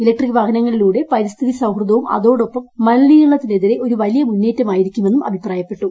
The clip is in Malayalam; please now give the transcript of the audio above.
ഇലക്ട്രിക് വാഹനങ്ങളിലൂടെ പരിസ്ഥിതി സൌഹൃദവും അതോടൊപ്പം മലിനീകരണത്തിനെതിരെ ഒരു വലിയ മുന്നേറ്റമായിരിക്കുമെന്നും അഭിപ്രായപ്പെട്ടു